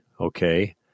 okay